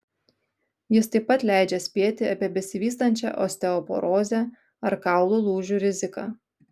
jis taip pat leidžia spėti apie besivystančią osteoporozę ar kaulų lūžių riziką